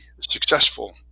successful